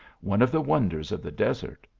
one of the wonders of the desert.